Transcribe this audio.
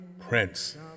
Prince